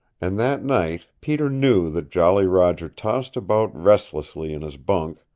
and that night peter knew that jolly roger tossed about restlessly in his bunk,